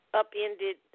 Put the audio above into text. upended